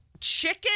chicken